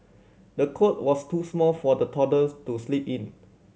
the cot was too small for the toddler to sleep in